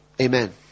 Amen